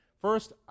First